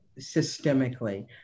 systemically